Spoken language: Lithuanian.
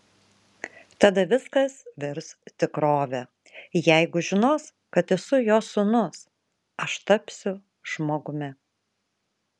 tada viskas virs tikrove jeigu žinos kad esu jo sūnus aš tapsiu žmogumi